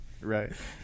right